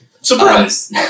surprise